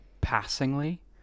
Passingly